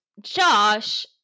Josh